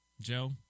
Joe